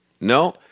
No